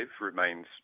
remains